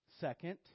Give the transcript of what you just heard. Second